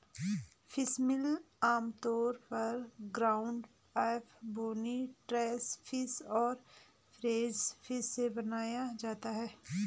fishmeal आमतौर पर ground up, bony trash fish और फोरेज फिश से बनाया जाता है